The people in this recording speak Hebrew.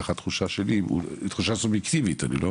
ככה התחושה שלי, היא תחושה סובייקטיבית שלי.